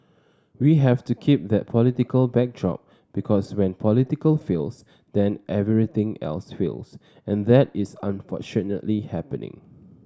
we have to keep that political backdrop because when politics fails then everything else fails and that is unfortunately happening